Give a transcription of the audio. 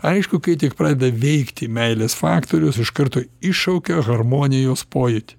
aišku kai tik pradeda veikti meilės faktorius iš karto iššaukia harmonijos pojūtį